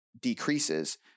decreases